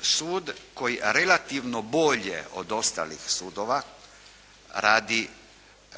sud koji relativno bolje od ostalih sudova radi